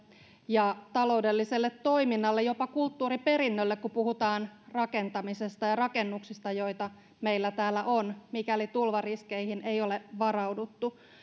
taloudelliselle toiminnalle ja jopa kulttuuriperinnölle kun puhutaan rakentamisesta ja rakennuksista joita meillä täällä on mikäli tulvariskeihin ei ole varauduttu